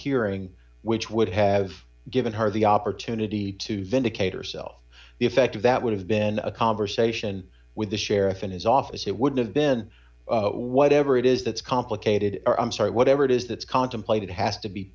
hearing which would have given her the opportunity to vindicate herself the effect of that would have been a conversation with the sheriff in his office it would have been whatever it is that's complicated i'm sorry whatever it is that's contemplated has to be